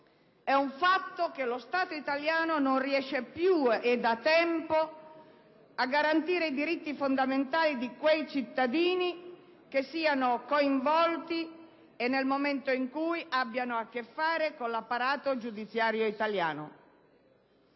È un fatto che lo Stato italiano non riesce più, e da tempo, a garantire i diritti fondamentali di quei cittadini che siano coinvolti e nel momento in cui abbiano a che fare con l'apparato giudiziario italiano.